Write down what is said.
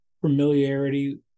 familiarity